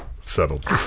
Settled